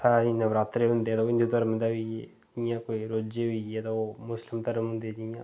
साढ़े नवरात्रे होंदे साढ़े हिंदु धर्म दे ते इ'यां कोई रोज्जे होइयै इ'यां ओह् मुस्लिम धर्म दे होइयै